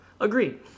Agreed